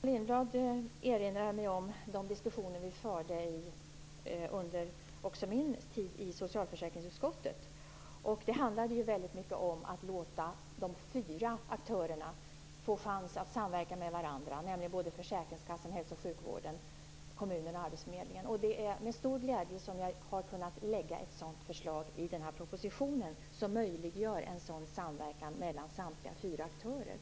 Herr talman! Gullan Lindblad erinrar mig om de diskussioner som vi förde under min tid i socialförsäkringsutskottet. De handlade väldigt mycket om att låta de fyra aktörerna - försäkringskassan, hälso och sjukvården, kommunerna och arbetsförmedlingen - få chans att samverka med varandra. Det är med stor glädje som jag har kunna lägga fram ett förslag i den här propositionen som möjliggör en sådan samverkan mellan samtliga fyra aktörer.